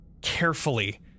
carefully